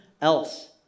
else